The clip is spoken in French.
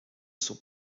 sont